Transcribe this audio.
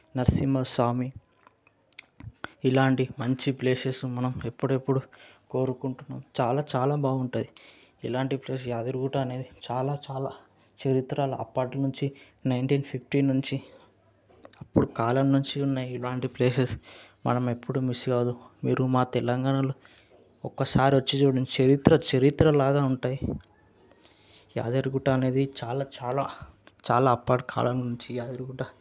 నరసింహస్వామి ఇలాంటి మంచి ప్లేసెస్ మనం ఎప్పుడెప్పుడు కోరుకుంటున్నాం చాలా చాలా బాగుంటాయి ఇలాంటి ప్లేస్ యాదగిరిగుట్ట అనేది చాలా చాలా చరిత్రలో అప్పటినుంచి నైన్టీన్ ఫిఫ్టీ నుంచి అప్పుడు కాలం నుంచి ఉన్నాయి ఇలాంటి ప్లేసెస్ మనం ఎప్పుడు మిస్ కావద్దు మీరు మా తెలంగాణలో ఒక్కసారి వచ్చి చూడండి చరిత్ర చరిత్రలాగా ఉంటాయి యాదిగిరి గుట్ట అనేది చాలా చాలా చాలా అప్పటికాలం నుంచి యాదగిరిగుట్ట